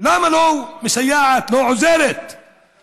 למה היא לא מסייעת, לא עוזרת לסטודנטים?